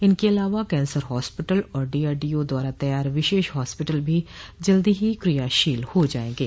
इनके अलावा cancer hospital और डीआरडीओं द्वारा तैयार विशेष हास्पिटल भी जल्द क्रियाशील हो जायेंगे